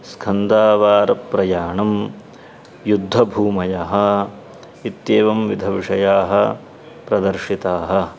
स्कन्दवारप्रयाणं युद्धभूमयः इत्येवं विविधाः विषयाः प्रदर्शिताः